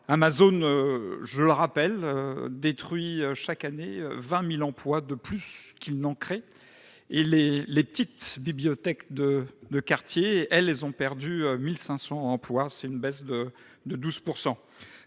Amazon, je le rappelle, détruit chaque année 20 000 emplois de plus qu'il n'en crée, quand les petites librairies de quartier, elles, ont perdu 1 500 emplois, soit une baisse de 12 %.